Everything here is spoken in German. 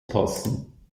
passen